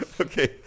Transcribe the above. Okay